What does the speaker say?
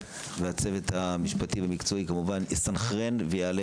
כדי שהצוות המשפטי והמקצועי יסנכרן ויעלה